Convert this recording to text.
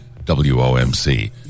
w-o-m-c